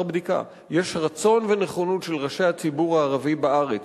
בדיקה: יש רצון ונכונות של ראשי הציבור הערבי בארץ